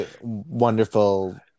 wonderful